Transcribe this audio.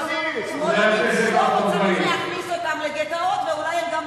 אולי צריך להכניס אותם לגטאות ואולי גם,